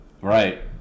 Right